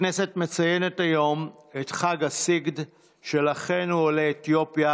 הכנסת מציינת היום את חג הסיגד של אחינו עולי אתיופיה,